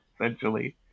essentially